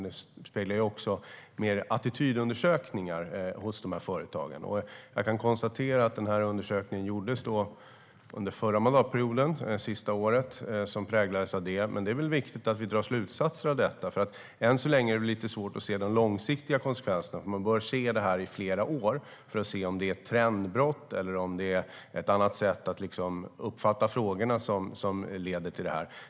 De speglar också attitydundersökningar hos företagen. Jag kan konstatera att den här undersökningen gjordes under den förra mandatperioden, det sista året, och präglades av det. Men det är väl viktigt att vi drar slutsatser av detta. Än så länge är det lite svårt att se de långsiktiga konsekvenserna. Man bör se det här i flera år för att se om det är ett trendbrott eller om det är ett annat sätt att uppfatta frågorna som leder till det här.